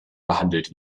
behandelt